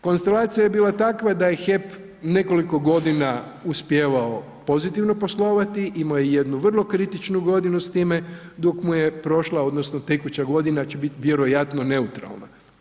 Konstalacija je bila takva da je HEP nekoliko godina uspijevao pozitivno poslovati, imao je jednu vrlo kritičnu godinu s time, dok mu je prošla odnosno tekuća godina će bit vjerojatno neutralna.